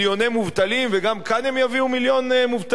מובטלים וגם כאן הם יביאו מיליון מובטלים?